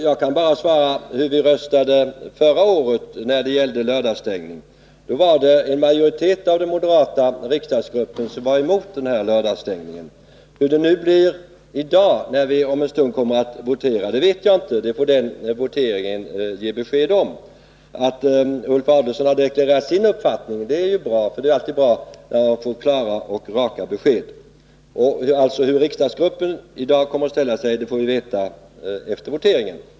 Jag kan bara svara på hur vi röstade förra året när det gällde lördagsstängning. Då var en majoritet av den moderata riksdagsgruppen emot lördagsstängning. Hur det blir i dag, när vi om en stund kommer att votera, vet jag inte. Det får voteringen ge besked om. Att Ulf Adelsohn har deklarerat sin uppfattning är bra, eftersom det alltid är bra att få klara och raka besked. Men, som sagt, hur riksdagsgruppen kommer att ställa sig i dag får vi veta vid voteringen.